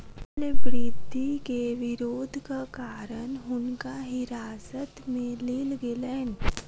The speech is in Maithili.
मूल्य वृद्धि के विरोधक कारण हुनका हिरासत में लेल गेलैन